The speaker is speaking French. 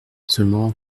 seulement